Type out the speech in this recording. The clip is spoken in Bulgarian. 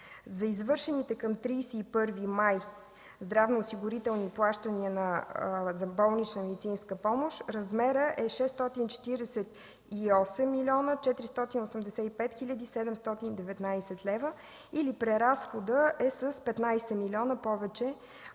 За извършените към 31 май здравноосигурителни плащания за болнична медицинска помощ размерът е 648 млн. 485 хил. 719 лв. или преразходът е с 15 милиона повече